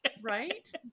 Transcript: Right